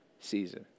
season